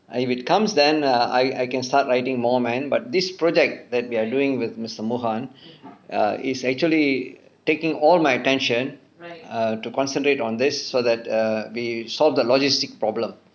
and if it comes then err I I can start writing more man but this project that we are doing with mister mohan err is actually taking all my attention err to concentrate on this so that err we solve the logistic problem